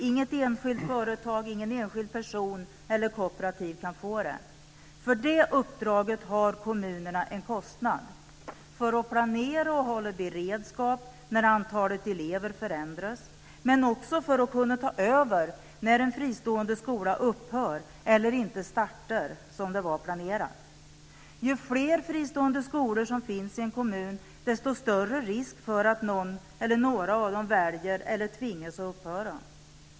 Inget enskilt företag, ingen enskild person och inget kooperativ kan få det. För det uppdraget har kommunerna en kostnad - för att planera och hålla en beredskap när antalet elever förändras, men också för att kunna ta över när en fristående skola upphör eller inte startar som planerat. Ju fler fristående skolor som finns i en kommun, desto större risk för att någon eller några av dem väljer eller tvingas att upphöra.